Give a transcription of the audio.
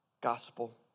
gospel